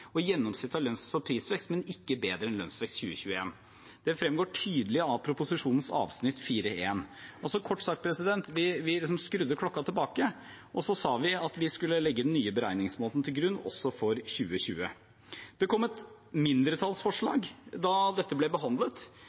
og gjennomsnittet av lønns- og prisvekst, men ikke høyere enn lønnsvekst 2021. Det fremgår tydelig av avsnittet i proposisjonens 4.1. Kort sagt skrudde vi klokken tilbake, og så sa vi at vi skulle legge den nye beregningsmåten til grunn også for 2020. Det kom et mindretallsforslag da dette ble behandlet,